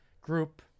group